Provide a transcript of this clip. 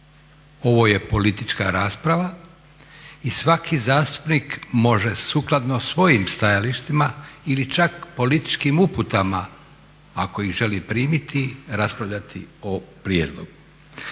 Ovo je politička rasprava i svaki zastupnik može sukladno svojim stajalištima ili čak političkim uputama ako ih želi primiti, raspravljati o prijedlogu.